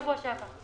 בבקשה.